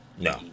No